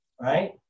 Right